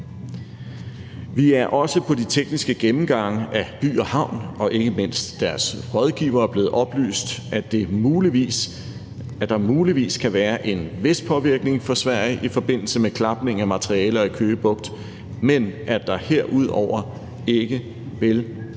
Vi er også på de tekniske gennemgange af By & Havn og ikke mindst af deres rådgivere blevet oplyst, at der muligvis kan være en vis påvirkning for Sverige i forbindelse med klapning af materialer i Køge Bugt, men at der herudover ikke vil være